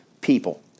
people